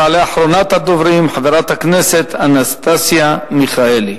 תעלה אחרונת הדוברים, חברת הכנסת אנסטסיה מיכאלי.